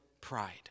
pride